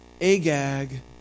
Agag